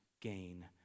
gain